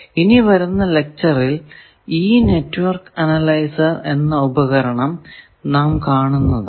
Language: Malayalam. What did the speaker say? ഇനി വരുന്ന ലെക്ച്ചറിൽ ഈ നെറ്റ്വർക്ക് അനലൈസർ എന്ന ഉപകരണം നാം കാണുന്നതാണ്